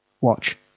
watch